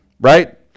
right